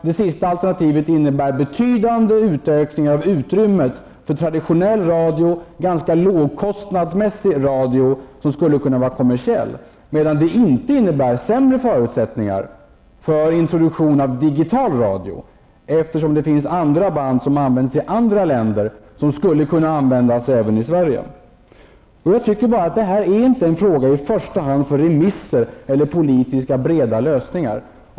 Det tredje alternativet innebär betydande utökningar av utrymmet för traditionell radio till ganska låga kostnader som skulle kunna vara kommersiell, medan det inte innebär sämre förutsättningar för introduktion av digitalradio, eftersom det finns andra band som används i andra länder som skulle kunna användas även i Sverige. Jag tycker inte att det här är en fråga i första hand för remisser och politiska breda lösningar.